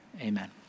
Amen